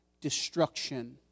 destruction